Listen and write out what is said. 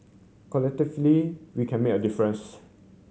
collectively we can make a difference